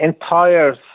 entire